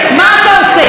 מה אתה עושה?